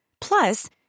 Plus